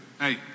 Hey